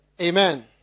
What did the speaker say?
Amen